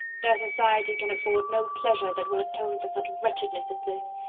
their society can afford no pleasure that will atone for such wretchedness as this!